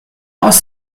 aus